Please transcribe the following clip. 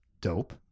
Dope